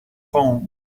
phone